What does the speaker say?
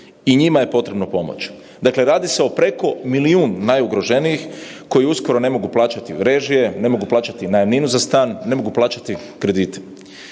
i njima je potrebna pomoć. Dakle, radi se o preko milijun najugroženijih koji uskoro ne mobu plaćati režije, ne mogu plaćati najamninu za stan, ne mogu plaćati kredite.